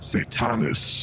Satanus